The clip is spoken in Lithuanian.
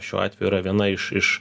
šiuo atveju yra viena iš iš